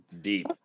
deep